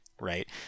right